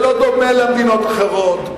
זה לא דומה למדינות האחרות,